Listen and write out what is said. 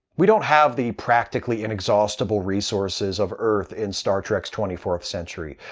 we don't have the practically inexhaustible resources of earth in star trek's twenty fourth century,